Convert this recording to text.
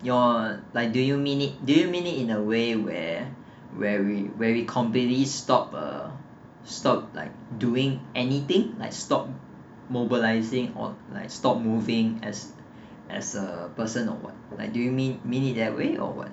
you're like do you mean it dominate in a way where where we were we completely stop or stop like doing anything like stop mobilising or like stop moving as as a person or what do you mean minute that way or what